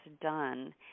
done